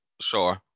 sure